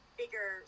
bigger